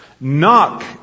Knock